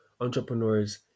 entrepreneurs